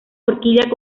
orquídea